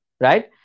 Right